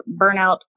burnout